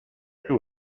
very